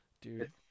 Dude